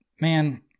man